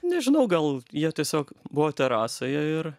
nežinau gal jie tiesiog buvo terasoje ir